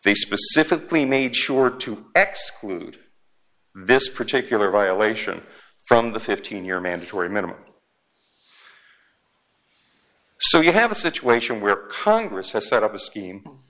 they specifically made sure to axe clued this particular violation from the fifteen year mandatory minimum so you have a situation where congress has set up a scheme